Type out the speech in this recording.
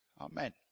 Amen